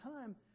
time